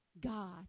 God